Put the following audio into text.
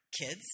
kids